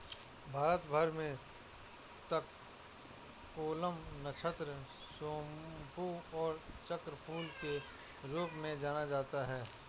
भारत भर में तककोलम, नक्षत्र सोमपू और चक्रफूल के रूप में जाना जाता है